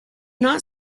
not